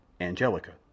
Angelica